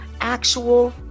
Actual